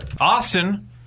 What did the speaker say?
Austin